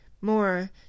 more